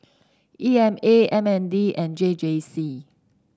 E M A M N D and J J C